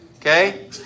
Okay